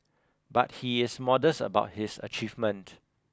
but he is modest about his achievement